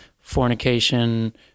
fornication